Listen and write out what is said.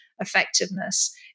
effectiveness